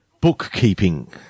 Bookkeeping